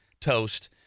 toast